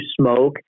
smoke